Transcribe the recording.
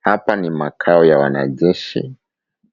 Hapa ni makao ya wanajeshi.